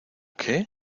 qué